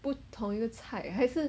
不同一个菜还是